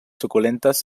suculentes